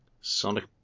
Sonic